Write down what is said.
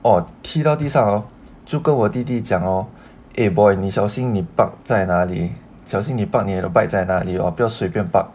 哦踢到地上 hor 就跟我弟弟讲哦 eh boy 你小心你 park 在哪里小心你的 bike park 在那里 hor 不要随便 park